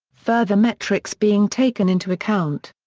further metrics being taken into account.